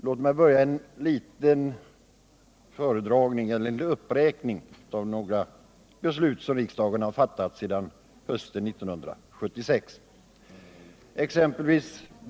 Låt mig börja en liten uppräkning av några beslut som riksdagen har fattat sedan hösten 1976.